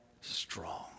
strong